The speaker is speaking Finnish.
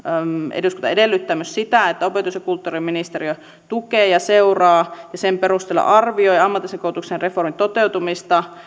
eduskunta edellyttää myös sitä että opetus ja kulttuuriministeriö tukee ja seuraa ja sen perusteella arvioi ammatillisen koulutuksen reformin toteutumista